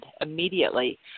immediately